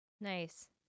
nice